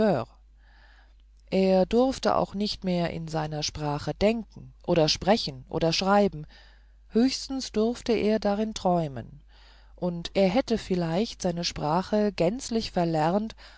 er durfte auch nicht mehr in seiner sprache denken oder sprechen oder schreiben höchstens durfte er darin träumen und er hätte vielleicht seine sprache gänzlich verlernt